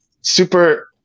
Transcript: super